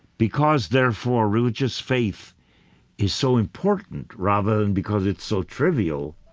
because therefore, religious faith is so important rather than because it's so trivial,